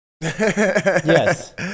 Yes